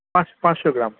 পাঁচশো গ্রাম